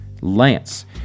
Lance